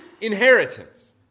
inheritance